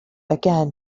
again